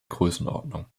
größenordnung